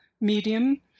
medium